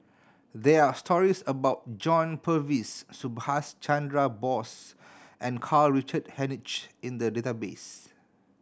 there are stories about John Purvis Subhas Chandra Bose and Karl Richard Hanitsch in the database